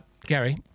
Gary